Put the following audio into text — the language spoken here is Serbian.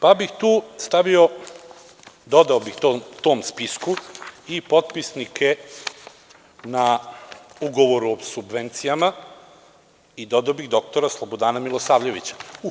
Pa, dodao bih tom spisku i potpisnike na ugovor o subvencijama i dodao bih doktora Slobodana Milosavljevića.